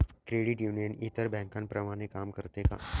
Credit union इतर बँकांप्रमाणे काम करते का?